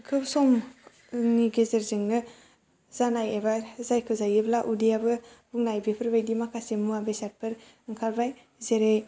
खोब समनि गेजेरजोंनो जानाय एबा जायखौ जायोब्ला उदैयाबो बुंनाय बेफोरबादि माखासे मुवा बेसादफोर ओंखारबाय जेरै